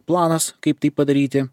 planas kaip tai padaryti